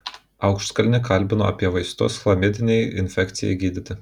aukštkalnį kalbinu apie vaistus chlamidinei infekcijai gydyti